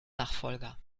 nachfolger